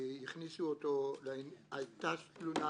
כי היתה תלונה